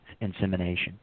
insemination